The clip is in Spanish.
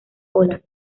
olas